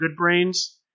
Goodbrains